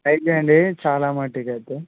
try చేయండి చాలా మట్టుకి అయితే